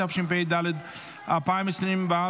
התשפ"ד 2024,